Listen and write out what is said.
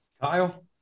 Kyle